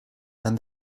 and